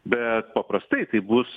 bet paprastai tai bus